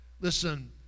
Listen